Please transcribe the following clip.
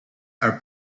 are